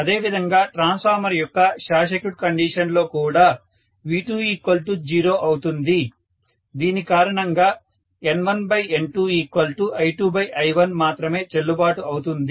అదే విధంగా ట్రాన్స్ఫార్మర్ యొక్క షార్ట్ సర్క్యూట్ కండిషన్ లో కూడా V20 అవుతుంది దీని కారణంగా N1N2I2I1 మాత్రమే చెల్లుబాటు అవుతుంది